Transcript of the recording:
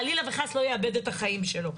חלילה וחס לא יאבד את החיים שלו,